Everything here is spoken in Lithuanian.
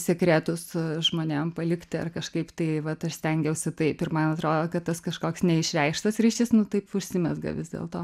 sekretus žmonėm palikti ar kažkaip tai vat aš stengiausi taip ir man atrodo kad tas kažkoks neišreikštas ryšys nu taip užsimezga vis dėlto